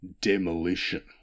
demolition